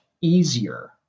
easier